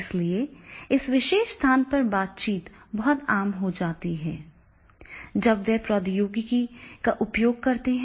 इसलिए इस विशेष स्थान पर बातचीत बहुत आम हो जाती है जब वे प्रौद्योगिकी का उपयोग करते हैं